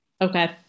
okay